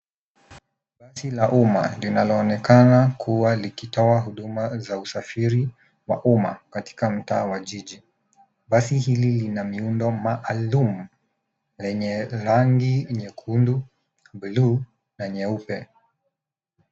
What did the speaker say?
Basi la umma linaloonekana kuwa likitoa huduma za usafiri wa umma katika mtaa wa jiji. Basi hili lina miundo maalum yenye rangi nyekundu, bluu na nyeupe.